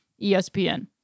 ESPN